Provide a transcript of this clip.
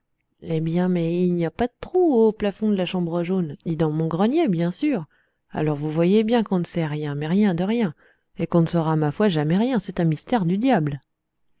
eh bien mais y n'y a pas de trou au plafond de la chambre jaune ni dans mon grenier bien sûr alors vous voyez bien qu'on ne sait rien mais rien de rien et qu'on ne saura ma foi jamais rien c'est un mystère du diable